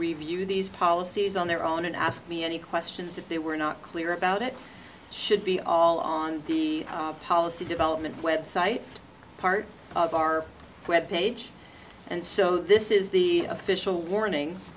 review these policies on their own and ask me any questions if they were not clear about it should be all on the policy development website part of our web page and so this is the official warning